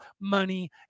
money